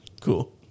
Cool